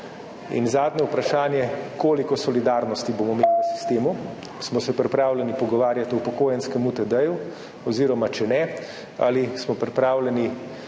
In zadnje vprašanje, koliko solidarnosti bomo imeli v sistemu, smo se pripravljeni pogovarjati o upokojenskem UTD oziroma če ne, ali smo pripravljeni